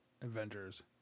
Avengers